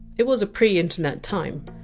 it was a pre-internet time.